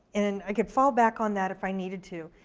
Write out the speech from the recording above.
and i could fall back on that if i needed to.